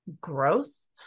gross